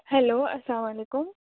hello السّلام علیکم